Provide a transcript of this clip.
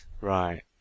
Right